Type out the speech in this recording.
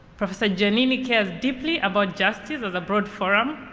professor giannini cares deeply about justice as a broad forum,